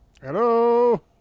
Hello